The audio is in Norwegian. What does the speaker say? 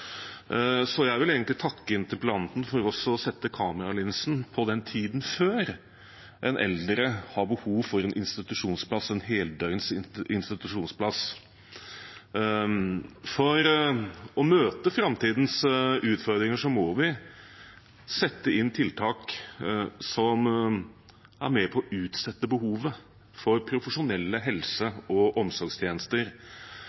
Jeg vil takke interpellanten for også å sette kameralinsen på tiden før en eldre har behov for heldøgns institusjonsplass. For å møte framtidens utfordringer må vi sette inn tiltak som er med på å utsette behovet for profesjonelle